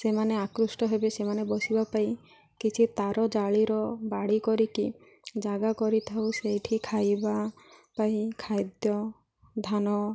ସେମାନେ ଆକୃଷ୍ଟ ହେବେ ସେମାନେ ବସିବା ପାଇଁ କିଛି ତାର ଜାଳିର ବାଡ଼ି କରିକି ଜାଗା କରିଥାଉ ସେଇଠି ଖାଇବା ପାଇଁ ଖାଦ୍ୟ ଧାନ